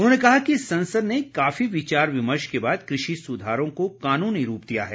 उन्होंने कहा कि संसद ने काफी विचार विमर्श के बाद कृषि सुधारों को कानूनी रूप दिया है